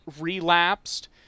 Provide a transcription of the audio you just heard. relapsed